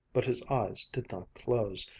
but his eyes did not close.